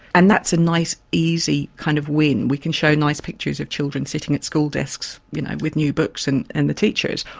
and that's a nice easy kind of win, we can show nice pictures of children sitting at school desks you know with new books and and the teachers.